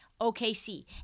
OKC